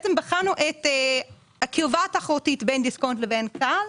בחנו את הקרבה התחרותית בין דיסקונט לבין כאל,